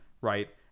right